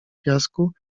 piasku